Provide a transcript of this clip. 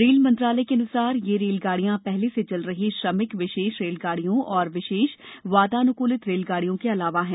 rail मंत्रालय के अनुसार ये रेलगाडियां पहले से चल रही श्रमिक विशेष रेलगाडियों और विशेष वातान्कुलित रेलगाडियों के अलावा हैं